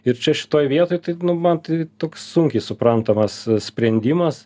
ir čia šitoj vietoj tai nu man tai toks sunkiai suprantamas sprendimas